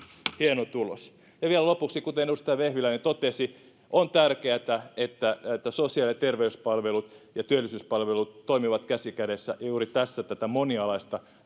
hieno tulos ja vielä lopuksi kuten edustaja vehviläinen totesi on tärkeätä että sosiaali ja terveyspalvelut ja työllisyyspalvelut toimivat käsi kädessä ja juuri tässä tätä monialaista